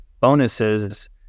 bonuses